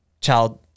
child